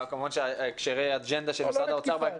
כמובן שהקשרי האג'נדה של משרד האוצר --- לא תקיפה.